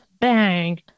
bang